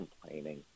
complaining